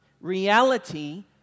reality